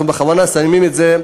אנחנו בכוונה שמים את זה,